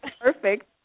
Perfect